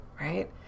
right